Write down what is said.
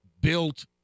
built